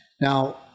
Now